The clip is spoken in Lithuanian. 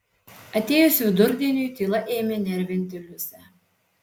atėjus vidurdieniui tyla ėmė nervinti liusę